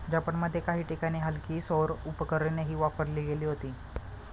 जपानमध्ये काही ठिकाणी हलकी सौर उपकरणेही वापरली गेली होती